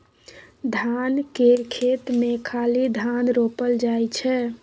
धान केर खेत मे खाली धान रोपल जाइ छै